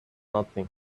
nothing